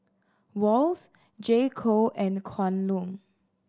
Wall's J Co and Kwan Loong